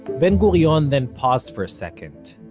ben gurion then paused for a second,